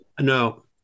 No